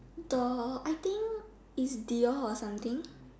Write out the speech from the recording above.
the I think is Dior or something